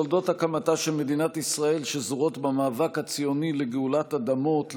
תולדות הקמתה של מדינת ישראל שזורות במאבק הציוני לגאולת אדמות,